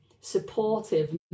supportive